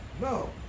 no